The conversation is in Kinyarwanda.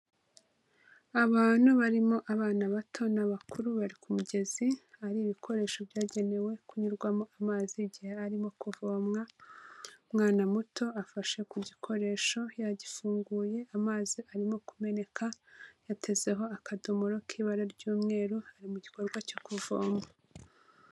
Abantu barimo abana bato n'abakuru bari ku mugezi ari ibikoresho byagenewe kunyurwamo amazi igihe arimo kuvomwa umwana muto afashe ku gikoresho yagifunguye amazi arimo kumeneka yatezeho akadomoro k'ibara ry'umweru hari mu gikorwa cyo kuvoma.